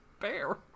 bear